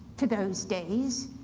to those days,